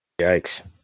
Yikes